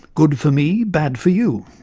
good for me, bad for you.